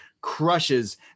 crushes